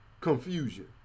confusion